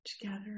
together